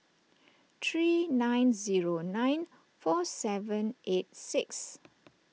three nine zero nine four seven eight six